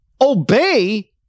obey